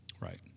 Right